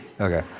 Okay